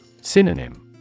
Synonym